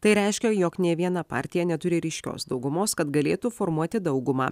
tai reiškia jog nė viena partija neturi ryškios daugumos kad galėtų formuoti daugumą